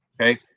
Okay